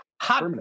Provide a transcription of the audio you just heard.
Hot